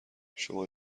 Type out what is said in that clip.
شما